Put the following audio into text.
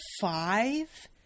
five